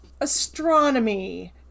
astronomy